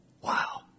Wow